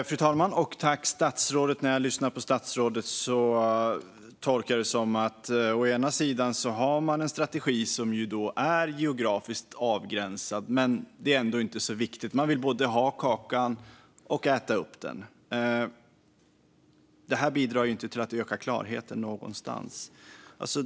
Fru talman! När jag lyssnar på statsrådet tolkar jag det som att man har en strategi som är geografiskt avgränsad men att det ändå inte är så viktigt. Man vill både ha kakan och äta upp den. Det bidrar inte till att öka klarheten någonstans.